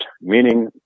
meaning